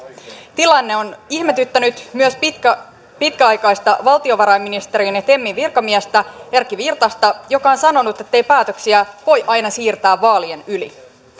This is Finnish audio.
tilanne on ihmetyttänyt myös pitkäaikaista valtiovarainministeriön ja temin virkamiestä erkki virtasta joka on sanonut ettei päätöksiä voi aina siirtää vaalien yli